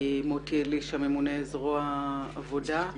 מוטי אלישע, ממונה זרוע העבודה.